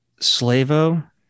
Slavo